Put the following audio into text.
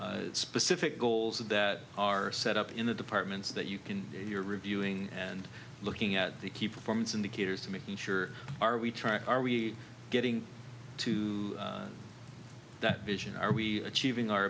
of specific goals that are set up in the departments that you can you're reviewing and looking at the key performance indicators to making sure are we trying are we getting to that vision are we achieving our